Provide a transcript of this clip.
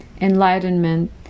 enlightenment